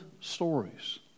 stories